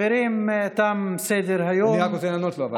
חברים, תם סדר-היום, אני רק רוצה לענות לו.